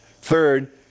Third